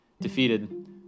Defeated